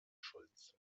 schulz